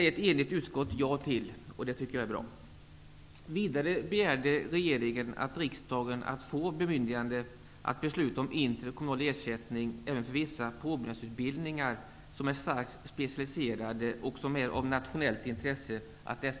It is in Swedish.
Ett enigt utskott säger ja till detta. Det tycker jag är bra. Vidare begärde regeringen av riksdagen att få bemyndigande att besluta om interkommunal ersättning även för vissa påbyggnadsutbildningar som är starkt specialiserade och av nationellt intresse.